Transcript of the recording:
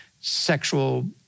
sexual